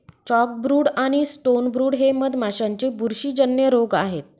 chalkbrood आणि stonebrood हे मधमाशांचे बुरशीजन्य रोग आहेत